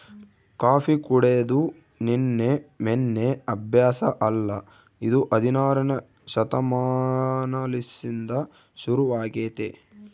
coffee ಕುಡೆದು ನಿನ್ನೆ ಮೆನ್ನೆ ಅಭ್ಯಾಸ ಅಲ್ಲ ಇದು ಹದಿನಾರನೇ ಶತಮಾನಲಿಸಿಂದ ಶುರುವಾಗೆತೆ